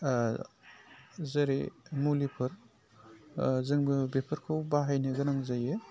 जेरै मुलिफोर जोंबो बेफोरखौ बाहायनो गोनां जायो